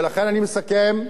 ולכן, אני מסכם,